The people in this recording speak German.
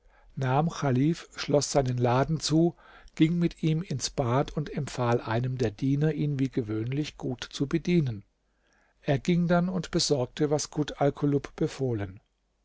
chalif schloß seinen laden zu ging mit ihm ins bad und empfahl einem der diener ihn wie gewöhnlich gut zu bedienen er ging dann und besorgte was kut alkulub befohlen